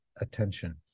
attention